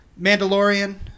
Mandalorian